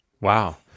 Wow